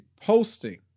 posting